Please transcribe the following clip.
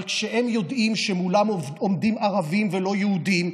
אבל כשהם יודעים שמולם עומדים ערבים ולא יהודים,